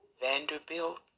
Vanderbilt